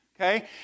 Okay